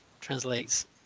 translates